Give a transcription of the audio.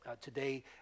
today